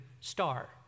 star